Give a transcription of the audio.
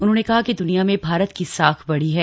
उन्होंने कहा कि द्रनिया में भारत की साख बढ़ी है